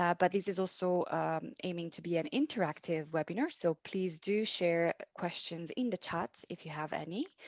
yeah but this is also aiming to be an interactive webinar. so please do share questions in the chats if you have any.